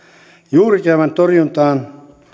juurikäävän torjuntaa